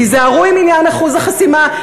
תיזהרו עם עניין אחוז החסימה,